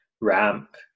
ramp